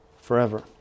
forever